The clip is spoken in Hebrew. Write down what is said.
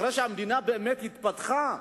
אחרי שהמדינה באמת התפתחה,